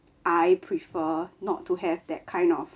I prefer not to have that kind of